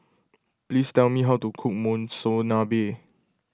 please tell me how to cook Monsunabe